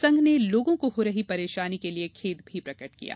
संघ ने लोगो को हो रही परेशानी के लिए खेद प्रकट किया गया